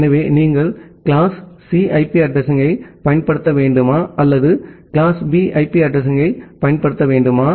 எனவே நீங்கள் class C IP அட்ரஸிங்யைப் பயன்படுத்த வேண்டுமா அல்லது கிளாஸ் பி ஐபி அட்ரஸிங்யைப் பயன்படுத்த வேண்டுமா